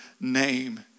name